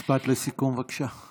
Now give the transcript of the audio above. משפט לסיכום, בבקשה.